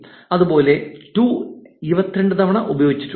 അതുപോലെ ടു 22 തവണ ഉപയോഗിച്ചിട്ടുണ്ട്